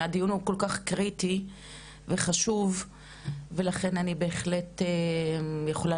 הדיון הוא כל כך קריטי וחשוב ולכן אני בהחלט יכולה